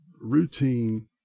routine